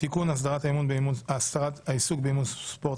(תיקון מס' 16) (הסדרת העיסוק באימון ספורט),